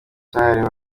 cyahariwe